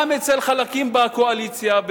גם אצל חלקים בקואליציה,